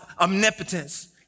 omnipotence